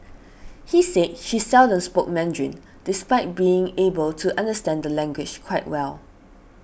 he said she seldom spoke Mandarin despite being able to understand the language quite well